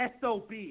SOB